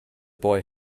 boy